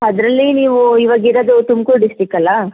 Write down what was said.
ಅದರಲ್ಲಿ ನೀವು ಇವಾಗ ಇರೋದು ತುಮ್ಕೂರು ಡಿಸ್ಟಿಕ್ ಅಲ್ವಾ